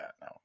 no